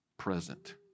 present